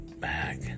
back